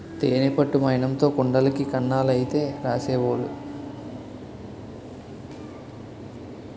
తేనె పట్టు మైనంతో కుండలకి కన్నాలైతే రాసేవోలు